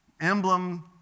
emblem